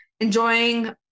enjoying